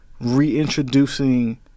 reintroducing